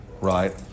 right